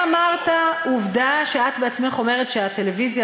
אתה אמרת: עובדה שאת בעצמך אומרת שהטלוויזיה